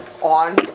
on